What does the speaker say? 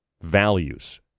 values